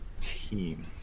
team